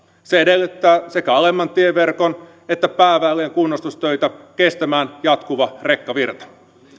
se edellyttää sekä alemman tieverkon että pääväylien kunnostustöitä kestämään jatkuva rekkavirta